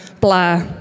blah